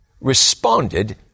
responded